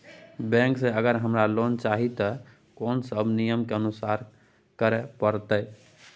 Bank से अगर हमरा लोन चाही ते कोन सब नियम के अनुसरण करे परतै?